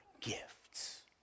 gifts